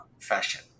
fashion